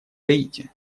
гаити